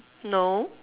no